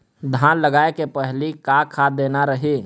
धान लगाय के पहली का खाद देना रही?